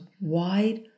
wide